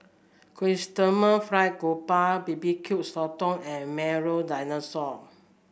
Chrysanthemum Fried Grouper B B Q Sotong and Milo Dinosaur